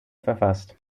verfasst